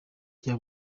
ajya